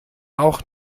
auch